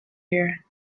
here